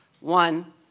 One